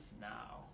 now